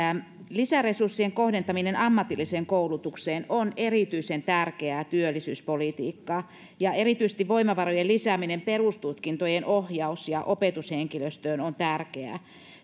lisäresurssien kohdentaminen ammatilliseen koulutukseen on erityisen tärkeää työllisyyspolitiikkaa ja erityisesti voimavarojen lisääminen perustutkintojen ohjaus ja opetushenkilöstöön on tärkeää